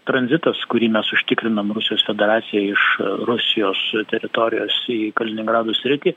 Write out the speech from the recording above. tranzitas kurį mes užtikrinam rusijos federacijai iš rusijos teritorijos į kaliningrado sritį